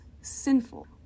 sinful